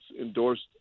endorsed